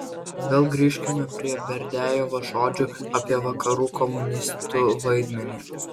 vėl grįžkime prie berdiajevo žodžių apie vakarų komunistų vaidmenį